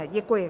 Děkuji.